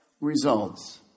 results